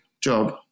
job